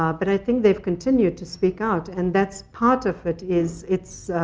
um but i think they've continued to speak out. and that's part of it is, it's